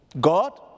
God